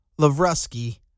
Lavrusky